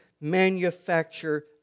manufacture